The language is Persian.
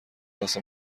واسه